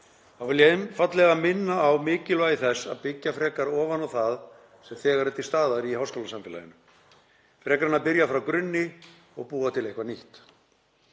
þá vil ég einfaldlega minna á mikilvægi þess að byggja frekar ofan á það sem þegar er til staðar í háskólasamfélaginu frekar en að byrja frá grunni og búa til eitthvað nýtt.